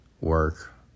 work